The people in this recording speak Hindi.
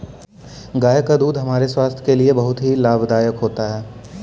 गाय का दूध हमारे स्वास्थ्य के लिए बहुत ही लाभदायक होता है